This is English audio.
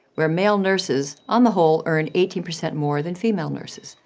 where male nurses on the whole earn eighteen percent more than female nurses.